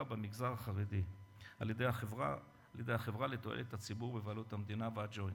במגזר החרדי על-ידי החברה לתועלת הציבור בבעלות המדינה וה"ג'וינט".